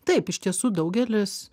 taip iš tiesų daugelis